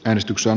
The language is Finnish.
äänestyksen